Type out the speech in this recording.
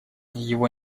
его